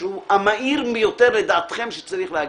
שהוא המהיר ביותר לדעתכם שצריך להגיע.